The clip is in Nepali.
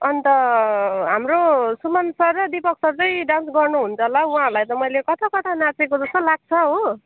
अन्त हाम्रो सुमन सर र दिपक सर चाहिँ डान्स गर्नुहुन्छ होला उहाँहरूलाई त मैले कता कता नाचेको जस्तो लाग्छ हो